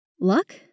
luck